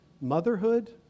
motherhood